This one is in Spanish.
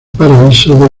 paraíso